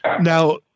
Now